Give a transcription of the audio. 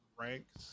Ranks